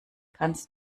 kannst